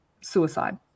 suicide